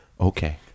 Okay